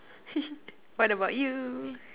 what about you